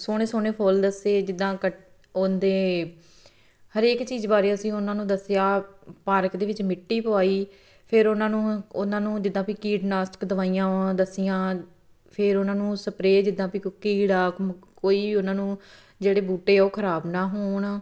ਸੋਹਣੇ ਸੋਹਣੇ ਫੁੱਲ ਦੱਸੇ ਜਿੱਦਾਂ ਕੱਟ ਉਹਨਾਂ ਦੇ ਹਰੇਕ ਚੀਜ਼ ਬਾਰੇ ਅਸੀਂ ਉਹਨਾਂ ਨੂੰ ਦੱਸਿਆ ਪਾਰਕ ਦੇ ਵਿੱਚ ਮਿੱਟੀ ਪਵਾਈ ਫਿਰ ਉਹਨਾਂ ਨੂੰ ਉਹਨਾਂ ਨੂੰ ਜਿੱਦਾਂ ਵੀ ਕੀਟਨਾਸ਼ਕ ਦਵਾਈਆਂ ਦੱਸੀਆਂ ਫਿਰ ਉਹਨਾਂ ਨੂੰ ਸਪਰੇਅ ਜਿੱਦਾਂ ਵੀ ਕੋਈ ਕੀੜਾ ਕੋਈ ਉਹਨਾਂ ਨੂੰ ਜਿਹੜੇ ਬੂਟੇ ਉਹ ਖ਼ਰਾਬ ਨਾ ਹੋਣ